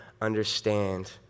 understand